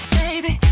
baby